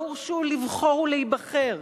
לא הורשו לבחור ולהיבחר.